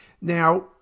Now